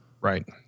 right